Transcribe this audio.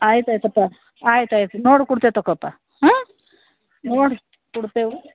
ಆಯಿತು ಆಯಿತಪ್ಪ ಆಯ್ತು ಆಯ್ತು ನೋಡು ಕುಡ್ತೇವಿ ತಗೋಪ್ಪ ಹಾಂ ನೋಡಿ ಕುಡ್ತೇವೆ